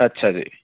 ਅੱਛਾ ਜੀ